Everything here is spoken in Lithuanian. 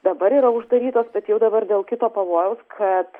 dabar yra uždarytos bet jau dabar dėl kito pavojaus kad